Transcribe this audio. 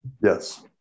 Yes